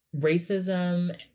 racism